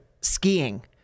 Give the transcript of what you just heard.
skiing